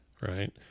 Right